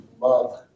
love